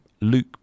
Luke